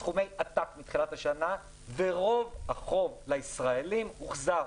סכומי עתק מתחילת השנה, ורוב החוב לישראלים הוחזר.